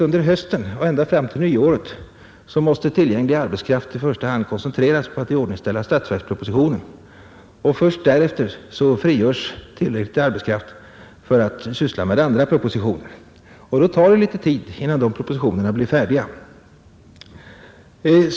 Under hösten och ända fram till nyåret måste all tillgänglig arbetskraft i första hand koncentreras på att iordningställa statsverkspropositionen, och först därefter frigörs tillräckligt med arbetskraft för att syssla med de andra propositionerna. Då tar det litet tid innan dessa propositioner blir färdiga.